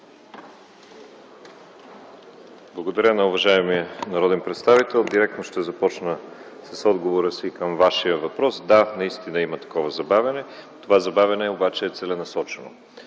Благодаря на уважаемия народен представител. Директно ще започна с отговора си към Вашия въпрос. Да, наистина има такова забавяне. Това забавяне обаче е целенасочено